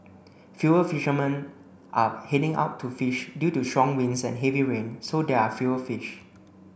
fewer fishermen are heading out to fish due to strong winds and heavy rain so there are fewer fish